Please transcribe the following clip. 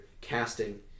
casting